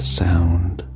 sound